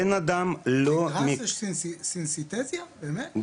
אמנים נורא אוהבים להשתמש בגראס כי צלילים הופכים לצבעים,